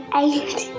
eight